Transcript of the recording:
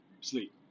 sleep